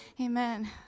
amen